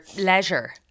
leisure